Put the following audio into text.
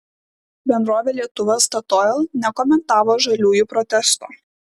bendrovė lietuva statoil nekomentavo žaliųjų protesto